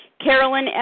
Carolyn